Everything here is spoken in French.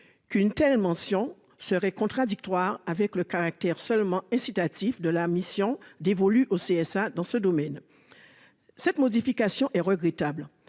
qu'une telle mention serait contradictoire avec le caractère purement incitatif de la mission dévolue au CSA dans ce domaine. Cette modification est regrettable,